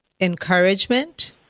Encouragement